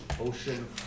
ocean